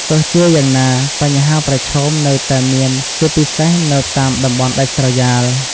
ទោះជាយ៉ាងណា បញ្ហាប្រឈមនៅតែមានជាពិសេសនៅតាមតំបន់ដាច់ស្រយាល។